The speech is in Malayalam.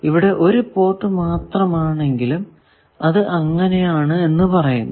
ഇവിടെ ഒരു പോർട്ട് മാത്രമാണെങ്കിലും അത് അങ്ങനെ ആണ് എന്ന് പറയുന്നു